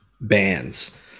bands